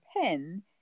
pen